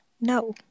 No